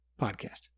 podcast